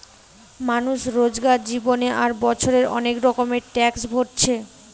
মানুষ রোজকার জীবনে আর বছরে অনেক রকমের ট্যাক্স ভোরছে